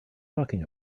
talking